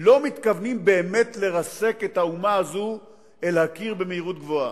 לא מתכוונים באמת לרסק את האומה הזאת אל הקיר במהירות גבוהה.